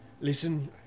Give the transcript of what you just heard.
listen